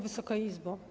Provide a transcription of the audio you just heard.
Wysoka Izbo!